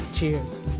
Cheers